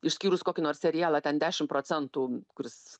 išskyrus kokį nors serialą ten dešim procentų kuris